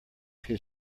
his